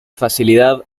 facilidad